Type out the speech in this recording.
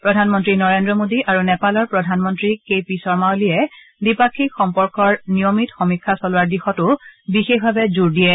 প্ৰধানমন্ত্ৰী নৰেন্দ্ৰ মোদী আৰু নেপালৰ প্ৰধানমন্ত্ৰী কে পি শৰ্মা অলিয়ে দ্বিপাক্ষিক সম্পৰ্কৰ নিয়মিত সমীক্ষা চলোৱাৰ দিশতো বিশেষভাৱে জোৰ দিয়ে